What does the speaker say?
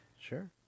Sure